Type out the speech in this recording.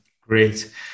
Great